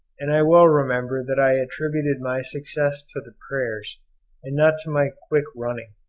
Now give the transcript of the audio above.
and i well remember that i attributed my success to the prayers and not to my quick running,